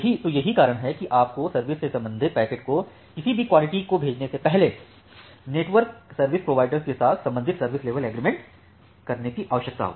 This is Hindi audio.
तो यही कारण है कि आपको सर्विस से संबंधित पैकेट के किसी भी क्वालिटी को भेजने से पहले नेटवर्क सर्विस प्रोवाइडर्स के साथ संबंधित सर्विस लेवल एग्रीमेंट करने की आवश्यकता होती है